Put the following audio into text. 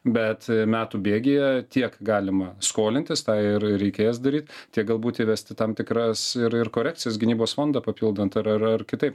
bet metų bėgyje tiek galima skolintis tą ir reikės daryt tiek galbūt įvesti tam tikras ir ir korekcijas gynybos fondą papildant ar ar ar kitaip